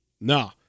nah